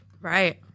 right